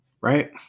Right